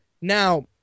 Now